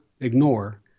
ignore